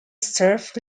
served